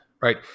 right